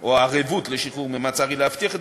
או הערבות לשחרור ממעצר היא להבטיח את